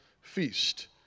feast